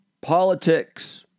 politics